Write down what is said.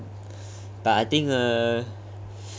mmhmm but I think uh